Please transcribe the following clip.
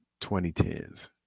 2010s